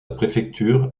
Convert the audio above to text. préfecture